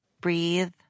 breathe